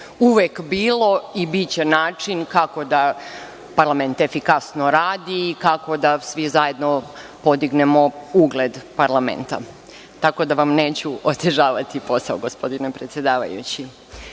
uvek bio i biće način kako da parlament efikasno radi i kako da svi zajedno podignemo ugled parlamenta. Tako da vam neću otežavati posao, gospodine predsedavajući.S